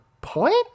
point